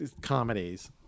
comedies